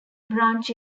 branch